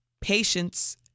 patience